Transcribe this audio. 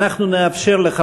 ואני שאלתי גם את המציע,